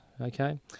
okay